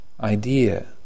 idea